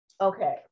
Okay